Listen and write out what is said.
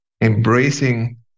embracing